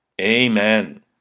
Amen